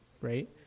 right